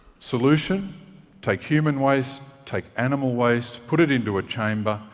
solution take human waste, take animal waste, put it into a chamber,